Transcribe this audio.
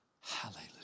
Hallelujah